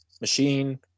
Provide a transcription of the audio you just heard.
machine